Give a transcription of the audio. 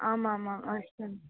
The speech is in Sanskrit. आमामाम् अवश्यम्